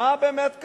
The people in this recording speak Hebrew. מה באמת קרה?